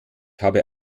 habe